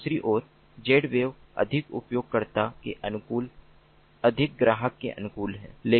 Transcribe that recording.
दूसरी ओर Zwave अधिक उपयोगकर्ता के अनुकूल अधिक ग्राहक के अनुकूल है